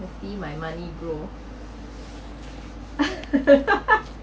to see my money grow